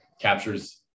captures